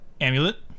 Amulet